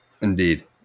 Indeed